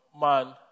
man